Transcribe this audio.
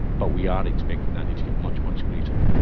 but we are expecting that need to get much, much greater.